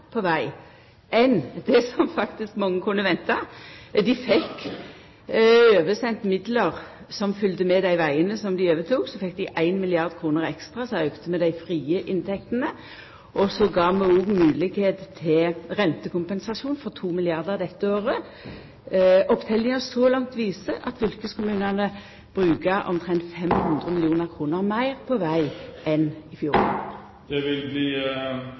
på veg enn det som mange kunne venta. Dei fekk oversendt midlar som følgde med dei vegane som dei overtok. Så fekk dei 1 mrd. kr ekstra. Så auka vi dei frie inntektene, og så gav vi òg moglegheit til rentekompensasjon for 2 mrd. kr dette året. Oppteljinga så langt viser at fylkeskommunane bruker omtrent 500 mill. kr meir på veg enn dei gjorde i